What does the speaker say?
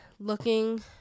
looking